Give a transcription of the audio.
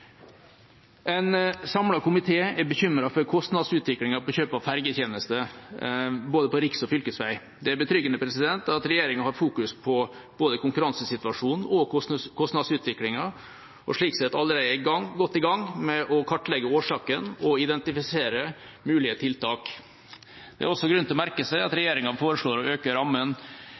En samlet komité er bekymret for kostnadsutviklingen innen kjøp av fergetjenester på både riks- og fylkesvei. Det er betryggende at regjeringa har fokus på både konkurransesituasjonen og kostnadsutviklingen, og slik sett allerede er godt i gang med å kartlegge årsakene og identifisere mulige tiltak. Det er også grunn til å merke seg at